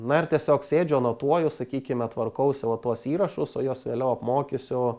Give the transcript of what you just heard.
na ir tiesiog sėdžiu anotuoju sakykime tvarkausi o tuos įrašus o juos vėliau apmokysiu